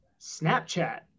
snapchat